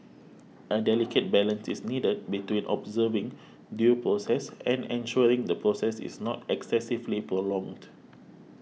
a delicate balance is needed between observing due process and ensuring the process is not excessively prolonged